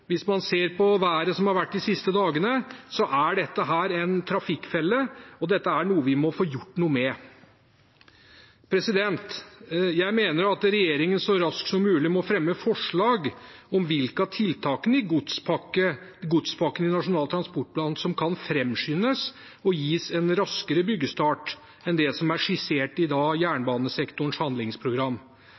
Hvis man ser på været som har vært de siste dagene, er dette en trafikkfelle, og det er noe vi må få gjort noe med. Jeg mener at regjeringen så raskt som mulig må fremme forslag om hvilke av tiltakene i godspakken i Nasjonal transportplan som kan framskyndes og gis en raskere byggestart enn det som er skissert i jernbanesektorens handlingsprogram.